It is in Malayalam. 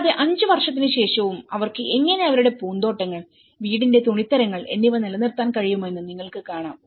കൂടാതെ അഞ്ച് വർഷത്തിന് ശേഷവും അവർക്ക് എങ്ങനെ അവരുടെ പൂന്തോട്ടങ്ങൾവീടിന്റെ തുണിത്തരങ്ങൾ എന്നിവ നിലനിർത്താൻ കഴിയുമെന്ന് നിങ്ങൾക്ക് കാണാം